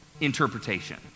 interpretation